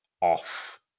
off